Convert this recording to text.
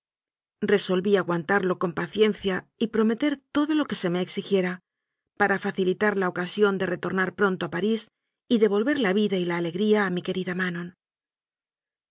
aguan tarlo con paciencia y prometer todo lo que se me exigiera para facilitar la ocasión de retornar pron to a parís y devolver la vida y la alegría a mi querida manon